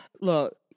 look